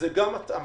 זו גם התאמה.